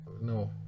no